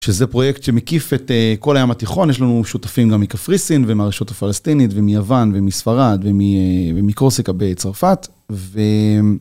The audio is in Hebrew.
שזה פרויקט שמקיף את א...כל הים התיכון, יש לנו שותפים גם מקפריסין, ומהרשות הפלסטינית, ומיוון ומספרד, ומא...מקורסיקה בצרפת. ואמ...